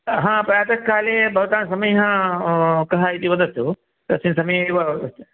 हा प्रातःकाले भवता समयः कः इति वदतु तस्मिन् समये एव